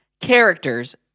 characters